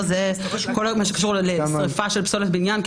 כול מה שקשור לשריפה של פסולת בניין,